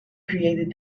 created